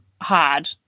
hard